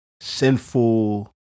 sinful